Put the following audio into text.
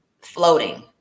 floating